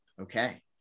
Okay